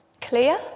Clear